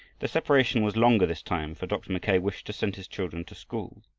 the separation was longer this time, for dr. mackay wished to send his children to school,